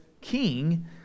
king